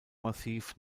massiv